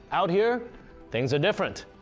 out here things are different,